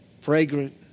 Fragrant